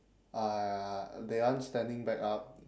uhh they aren't standing back up